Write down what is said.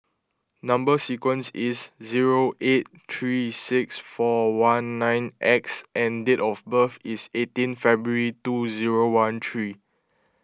Number Sequence is zero eight three six four one nine X and date of birth is eighteen February two zero one three